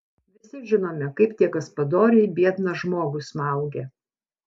visi žinome kaip tie gaspadoriai biedną žmogų smaugė